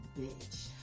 Bitch